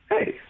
hey